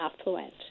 affluent